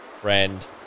friend